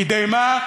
כדי מה?